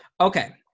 Okay